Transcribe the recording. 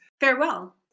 Farewell